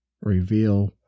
reveal